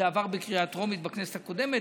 זה עבר בקריאה טרומית בכנסת הקודמת,